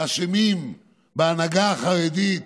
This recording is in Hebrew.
אשמים בהנהגה החרדית